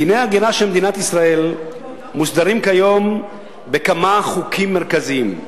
דיני ההגירה של מדינת ישראל מוסדרים כיום בכמה חוקים מרכזיים.